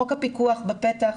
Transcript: חוק הפיקוח בפתח,